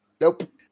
Nope